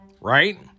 right